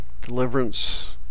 deliverance